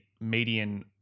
median